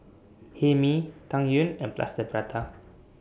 Hae Mee Tang Yuen and Plaster Prata